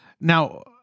Now